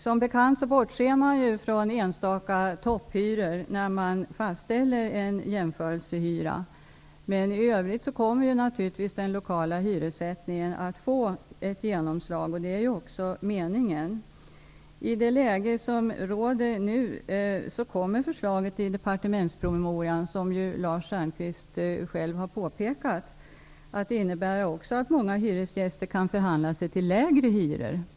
Som bekant bortser man från enstaka topphyror när man fastställer en jämförelsehyra. I övrigt kommer naturligtvis den lokala hyressättningen att få ett genomslag, och det är också meningen. I det läge som nu råder kommer förslaget i departementspromemorian, vilket Lars Stjernkvist själv har påpekat, också att innebära att många hyresgäster kan förhandla sig till lägre hyror.